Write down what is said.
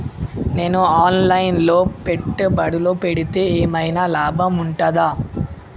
నేను online లో పెట్టుబడులు పెడితే ఏమైనా లాభం ఉంటదా?